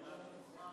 יהודה,